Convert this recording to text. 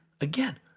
again